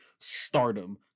Stardom